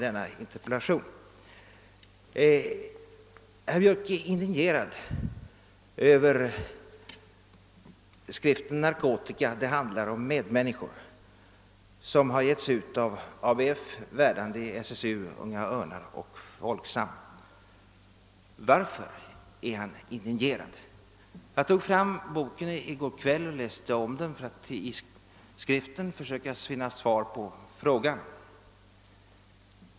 Herr Björck är indignerad över skriften »Narkotika — det handlar om medmänniskor», som har utgivits av ABF, Verdandi, SSU, Unga Örnar och Folksam. Varför är han indignerad? Jag tog fram boken i går kväll och läste der igen för att försöka finna svar på frågan.